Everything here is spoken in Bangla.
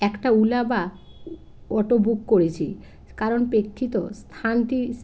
একটা ওলা বা অটো বুক করেছি কারণ প্রেক্ষিত স্থানটি